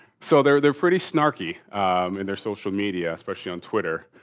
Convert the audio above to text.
so they're they're pretty snarky in their social media, especially on twitter.